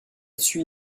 suit